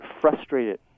frustrated